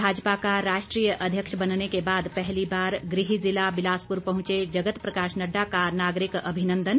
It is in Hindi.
भाजपा का राष्ट्रीय अध्यक्ष बनने के बाद पहली बार गृह जिला बिलासपुर पहुंचे जगत प्रकाश नड्डा का नागरिक अभिनंदन